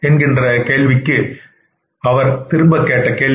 என்கின்ற வினாவிற்கு அவர் திரும்ப கேட்ட கேள்வி